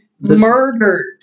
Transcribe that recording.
Murdered